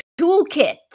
toolkit